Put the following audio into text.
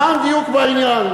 למען דיוק בעניין,